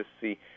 see